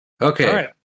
Okay